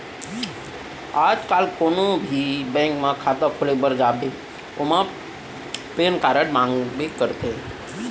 आज काल कोनों भी बेंक म खाता खोले बर जाबे ओमा पेन कारड मांगबे करथे